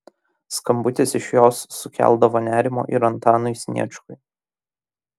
skambutis iš jos sukeldavo nerimo ir antanui sniečkui